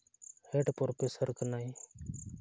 head professor ᱠᱟᱱᱟᱭ